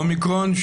אומיקרון,